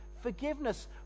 forgiveness